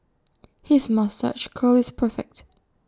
his moustache curl is perfect